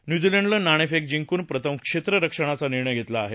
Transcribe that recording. न्यूझीलंडनं नाणेफेक जिंकून प्रथम क्षेत्ररक्षणाचा निर्णय घेतला आहे